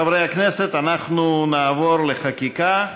חברי הכנסת, אנחנו נעבור לחקיקה.